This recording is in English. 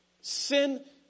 Sin